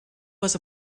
was